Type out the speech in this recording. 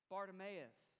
Bartimaeus